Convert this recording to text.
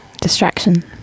distraction